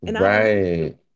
right